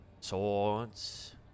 swords